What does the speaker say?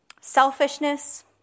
Selfishness